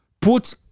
Put